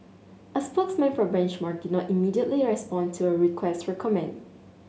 a spokeswoman for Benchmark did not immediately respond to a request for comment